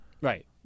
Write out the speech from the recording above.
right